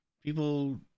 people